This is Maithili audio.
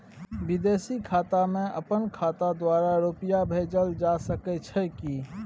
विदेशी खाता में अपन खाता द्वारा रुपिया भेजल जे सके छै की?